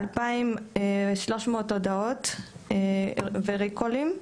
2,300 הודעות וריקולים,